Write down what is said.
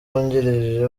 wungirije